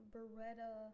Beretta